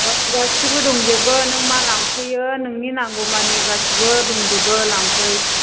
औ गासिबो दंजोबो नों मा लांफैयो नोंनि नांगौ माने गासिबो दंजोबो लांफै